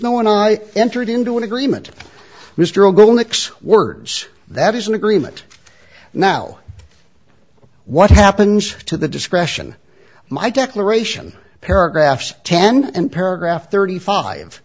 when i entered into an agreement mr ogle next words that is an agreement now what happens to the discretion my declaration paragraphs ten and paragraph thirty five